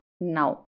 now